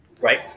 Right